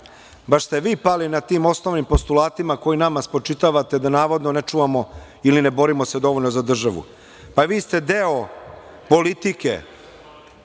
baš ste vi pali na tim osnovnim postulatima koje nama spočitavate da navodno ne čuvamo ili ne borimo se dovoljno za državu, pa vi ste deo politike,